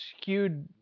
skewed